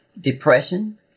depression